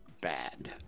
bad